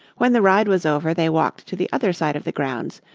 when the ride was over they walked to the other side of the grounds,